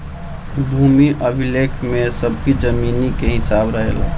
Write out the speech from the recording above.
भूमि अभिलेख में सबकी जमीनी के हिसाब रहेला